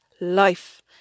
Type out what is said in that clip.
life